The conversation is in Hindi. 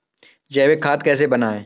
जैविक खाद कैसे बनाएँ?